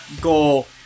goal